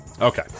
Okay